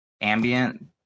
Ambient